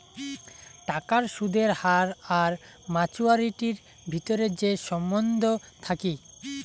টাকার সুদের হার আর মাচুয়ারিটির ভিতরে যে সম্বন্ধ থাকি